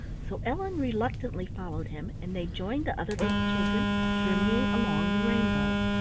so ellen reluctantly followed him, and they joined the other little children journeying along the rainbow.